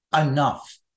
Enough